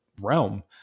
realm